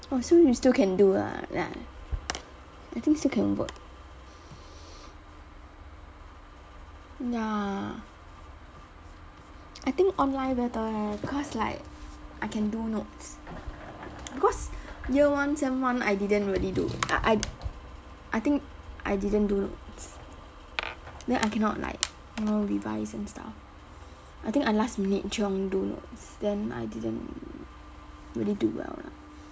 oh so you can still do ah ya I think still can work ya I think online better eh cause like I can do notes because year one sem one I didn't really do I I I think I didn't do notes then I cannot like you know revise and stuff I think I last minute chiong do notes then I didn't really do well lah